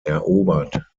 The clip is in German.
erobert